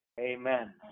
Amen